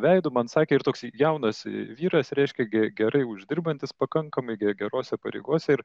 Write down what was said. veidu man sakė ir toks jaunas vyras reiškia ge gerai uždirbantis pakankamai ge gerose pareigose ir